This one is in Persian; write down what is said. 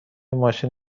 ماشین